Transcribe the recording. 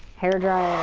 hairdryer.